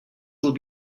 will